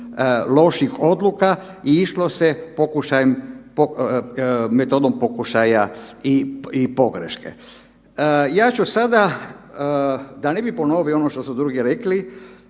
loših odluka i išlo se metodom pokušaja i pogreške. Ja ću sada da ne bi ponovio ono što su drugi rekli